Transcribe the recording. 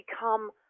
become